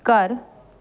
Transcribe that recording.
ਘਰ